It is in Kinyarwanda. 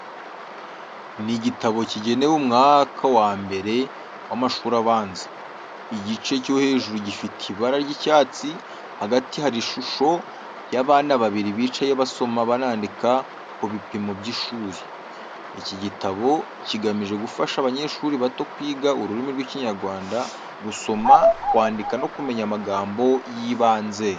Ni igitabo kigenewe umwaka wa mbere w’amashuri abanza. Igice cyo hejuru gifite ibara ry’icyatsi, hagati hari ishusho y’abana babiri bicaye basoma banandika ku bipimo by’ishuri, iki gitabo kigamije gufasha abanyeshuri bato kwiga ururimi rw’Ikinyarwanda, gusoma, kwandika no kumenya amagambo y’ibanze.